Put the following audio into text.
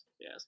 yes